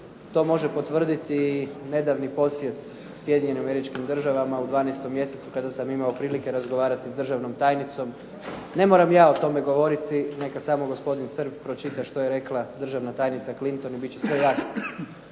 To može potvrditi nedavni posjet Sjedinjenim Američkim Državama u 12. mjesecu kada sam imao prilike razgovarati s državnom tajnicom. Ne moram ja o tome govoriti, neka samo gospodin Srb pročita što je rekla državna tajnica Clinton i bit će sve jasno.